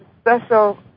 special